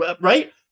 right